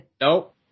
Nope